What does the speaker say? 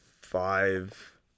Five